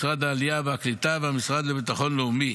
משרד העלייה והקליטה והמשרד לביטחון לאומי.